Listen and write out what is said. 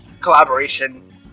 collaboration